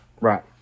Right